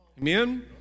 Amen